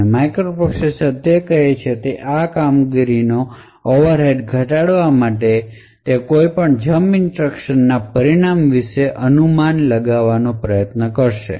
તેથી માઇક્રોપ્રોસેસર જે કરે છે તે આ કામગીરીનો ઓવરહેડ્સ ઘટાડવા માટે તેઓ કોઈ જંપ ઇન્સટ્રક્શન ના પરિણામ વિશે અનુમાન લગાવે છે